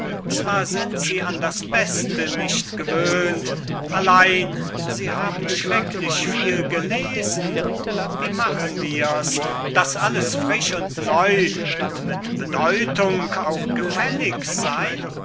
zwar sind sie an das beste nicht gewöhnt allein sie haben schrecklich viel gelesen wie machen wir's daß alles frisch und neu und mit bedeutung auch gefällig sey